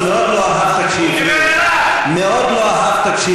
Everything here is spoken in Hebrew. אם היית בן-אדם היית מתנצל